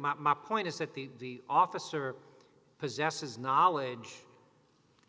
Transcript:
my point is that the officer possesses knowledge